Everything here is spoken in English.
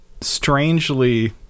strangely